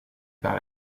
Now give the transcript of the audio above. par